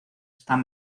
están